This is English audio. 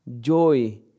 joy